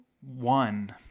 one